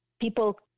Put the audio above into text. people